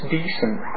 decent